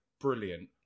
brilliant